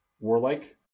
Warlike